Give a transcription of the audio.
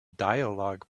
dialog